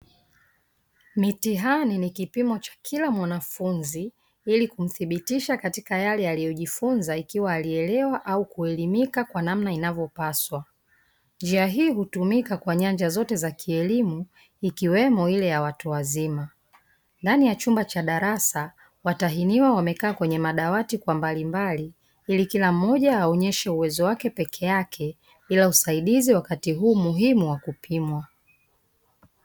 Mitihani ni kipimo cha kila mwanafunzi ili kumthibitisha katika yale aliyojifunza ikiwa alielewa au kuelimika kwa namna inavyopaswa. Njia hii hutumika kwa nyanja zote za kielimu, ikiwemo ile ya watu wazima. Ndani ya chumba cha darasa, watahiniwa wamekaa kwenye madawati kwa mbalimbali ili kila mmoja aonyeshe uwezo wake peke yake bila usaidizi wakati huu muhimu wa kupimwa.